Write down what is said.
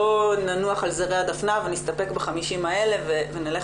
לא ננוח על זרי הדפנה ונסתפק ב-50 האלה ונלך